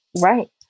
Right